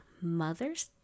Mother's